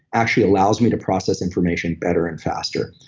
actually allows me to process information better and faster?